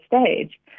stage